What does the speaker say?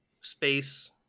space